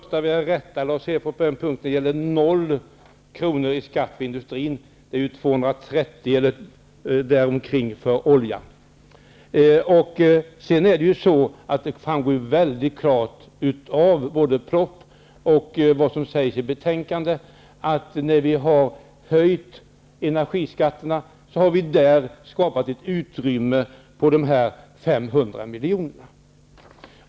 Herr talman! Till att börja med vill jag rätta Lars Hedfors på en punkt. Det gäller 0 kr. i skatt på industrin och ca 230 kr. för olja. Det framgår mycket klart av propositionen och vad som sägs i betänkandet att när vi har höjt energiskatterna har vi skapat ett utrymme på dessa 500 miljoner.